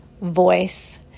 voice